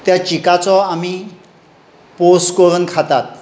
त्या दिकाचो आमी पोस करून खातात